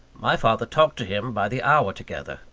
my father talked to him by the hour together,